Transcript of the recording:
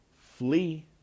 Flee